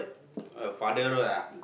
uh father road ah